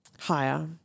Higher